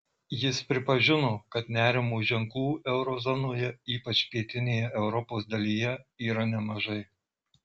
jis pripažino kad nerimo ženklų euro zonoje ypač pietinėje europos dalyje yra nemažai